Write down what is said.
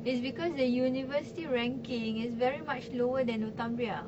is because the university ranking is very much lower than northumbria